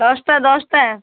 ଦଶଟା ଦଶଟା